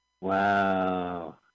Wow